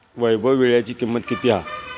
वैभव वीळ्याची किंमत किती हा?